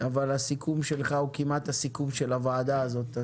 אבל הסיכום שלך הוא כמעט הסיכום של הוועדה הזאת.